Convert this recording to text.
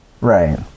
right